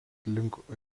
link